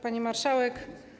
Pani Marszałek!